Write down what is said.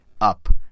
up